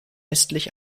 östlich